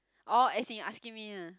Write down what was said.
orh as in you asking me ah